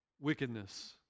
wickedness